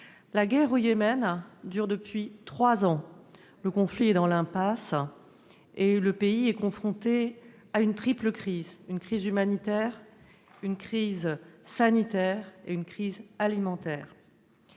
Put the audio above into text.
la guerre au Yémen dure depuis trois ans. Le conflit est dans l'impasse et le pays est confronté à une triple crise : humanitaire, sanitaire et alimentaire.